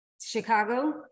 Chicago